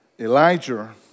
Elijah